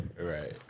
Right